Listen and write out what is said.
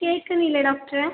കേൾക്കുന്നില്ലേ ഡോക്ടറേ